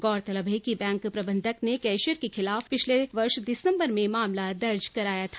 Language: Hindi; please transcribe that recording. गौरतलब है कि बैंक प्रबंधक ने कैशियर के खिलाफ पिछले वर्ष दिसम्बर में मामला दर्ज कराया था